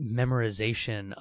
memorization